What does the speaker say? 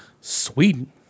Sweden